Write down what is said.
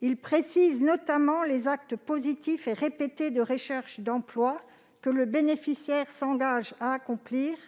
Il précise, notamment, les actes positifs et répétés de recherche d'emploi que le bénéficiaire s'engage à accomplir.